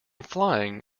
flying